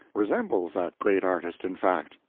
resembles that great artist, in fact.